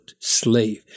slave